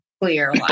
clear